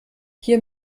hier